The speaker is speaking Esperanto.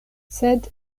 sed